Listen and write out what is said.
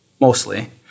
mostly